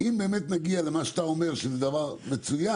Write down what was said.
אם באמת נגיע למה שאתה אומר, שזה דבר מצוין,